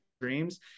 dreams